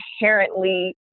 inherently